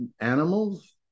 animals